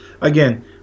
again